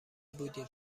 بودیم